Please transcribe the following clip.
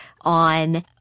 on